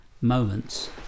moments